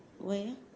why ah